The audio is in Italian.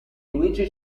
luigi